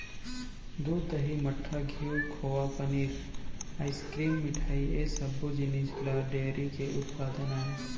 दूद, दही, मठा, घींव, खोवा, पनीर, आइसकिरिम, मिठई ए सब्बो जिनिस ह डेयरी के उत्पादन आय